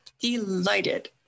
delighted